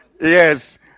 yes